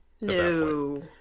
No